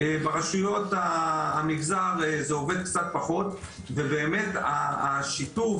ברשויות המגזר זה עובד קצת פחות ובאמת השיתוף